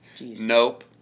Nope